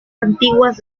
antiguas